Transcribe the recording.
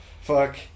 fuck